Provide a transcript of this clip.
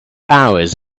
hours